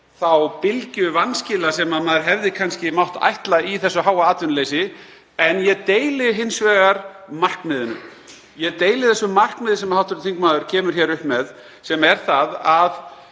þá bylgju vanskila sem maður hefði kannski mátt ætla í þessu mikla atvinnuleysi. En ég deili hins vegar markmiðinu. Ég deili því markmiði sem hv. þingmaður kemur hér upp með, sem er að